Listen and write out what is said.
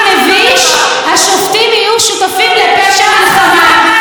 וחלילה מישהו ממחנה הימין היה מדבר ככה.